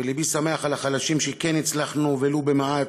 ולבי שמח על החלשים שכן הצלחנו, ולו במעט,